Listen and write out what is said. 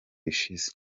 ishize